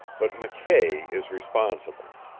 but mckay is responsible.